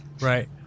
Right